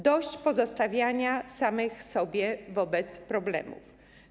Dość pozostawiania samych sobie wobec problemów.